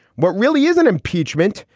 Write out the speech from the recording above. what really isn't impeachment?